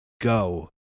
go